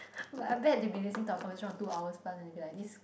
but I bet they'll be listening to our conversation for two hour plus and be like this